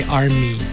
army